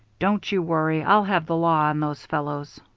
don't you worry. i'll have the law on those fellows